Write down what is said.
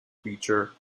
feature